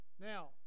Now